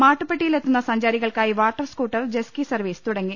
മാട്ടുപ്പട്ടിയിലെത്തുന്ന സഞ്ചാരികൾക്കായി water scooter jet ski service തുടങ്ങി